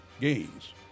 gains